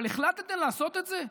אבל החלטתם לעשות את זה?